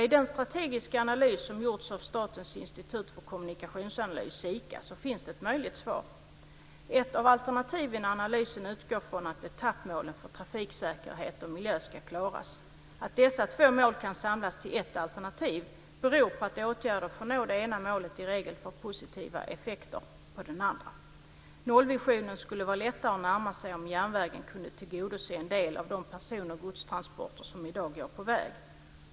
I den strategiska analys som gjorts av Statens institut för kommunikationsanalys, SIKA, finns ett möjligt svar. Ett av alternativen i analysen utgår från att etappmålen för trafiksäkerhet och miljö ska klaras. Att dessa två mål kan samlas till ett alternativ beror på att åtgärder för att nå det ena målet i regel får positiva effekter för det andra. Nollvisionen skulle vara lättare att närma sig om järnvägen kunde tillgodose en del av de person och godstransporter som i dag går på väg.